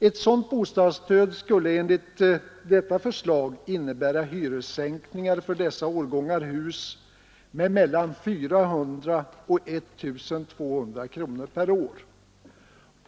Ett sådant bostadsstöd skulle enligt detta förslag innebära hyressänkningar för dessa årgångar hus med mellan 400 och 1 200 kronor per år.